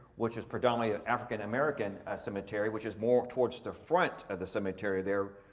which is predominantly african american cemetery which is more towards the front of the cemetery there,